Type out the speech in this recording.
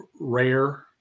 rare